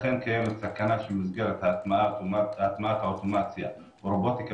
לכן קיימת סכנה שבמסגרת הטמעת האוטומציה ברובוטיקה